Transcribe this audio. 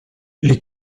les